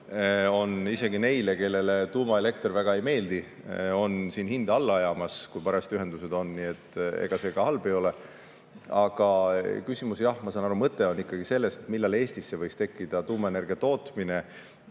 on isegi neile, kellele tuumaelekter väga ei meeldi, siin hinda alla ajamas, kui parajasti ühendused on. Nii et ega see ka halb ei ole. Aga jah, ma saan aru, et küsimuse mõte on ikkagi selles, millal Eestisse võiks tekkida tuumaenergia tootmine.